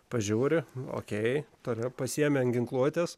pažiūri okei turi pasiimi ant ginkluotės